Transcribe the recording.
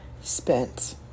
spent